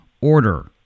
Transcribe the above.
order